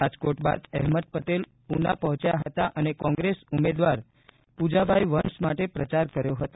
રાજકોટ બાદ અહેમદ પટેલ ઊના પહોંચ્યા હતા અને કોંગ્રેસ ઉમેદવાર પ્રંજાભાઇ વંશ માટે પ્રચાર કર્યો હતો